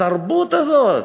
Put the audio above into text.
התרבות הזאת.